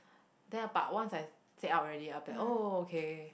then but once I said out already I'll be oh okay